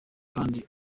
kandi